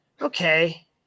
okay